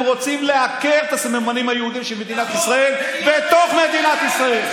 הם רוצים לעקר את הסממנים היהודיים של מדינת ישראל בתוך מדינת ישראל.